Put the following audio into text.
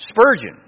Spurgeon